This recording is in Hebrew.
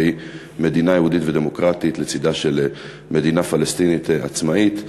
והוא מדינה יהודית ודמוקרטית לצדה של מדינה פלסטינית עצמאית.